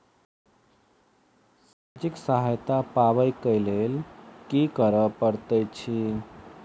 सामाजिक सहायता पाबै केँ लेल की करऽ पड़तै छी?